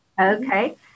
Okay